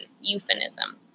euphemism